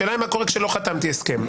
השאלה היא מה קורה כשלא חתמתי הסכם,